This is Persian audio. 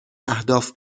اهداف